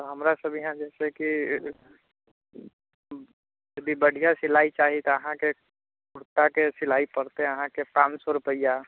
तऽ हमरासब यहाँ जइसे कि यदि बढ़िआँ सिलाइ चाही तऽ अहाँके कुर्ताके सिलाइ पड़तै अहाँके पाँच सओ रुपैआ